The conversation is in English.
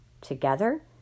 Together